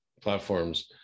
platforms